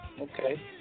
Okay